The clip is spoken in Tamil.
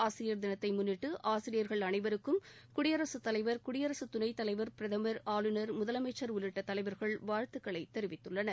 ஆசிரியர் தினத்தை முன்னிட்டு ஆசிரியர்கள் அனைவருக்கும் குடியரகத்தலைவர் குடியரகத் துணைத்தலைவர் பிரதமர் ஆளுநர் முதலமைச்சர் உள்ளிட்ட தலைவர்கள் வாழ்த்துக்களை தெரிவித்துள்ளன்